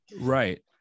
Right